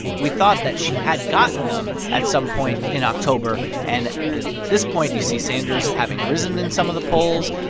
we thought that she had gotten them at some point in october. and at this point, you see sanders having risen in some of the polls,